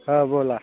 हं बोला